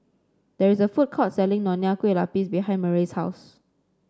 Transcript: there is a food court selling Nonya Kueh Lapis behind Murray's house